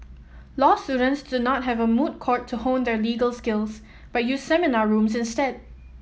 law students do not have a moot court to hone their legal skills but use seminar rooms instead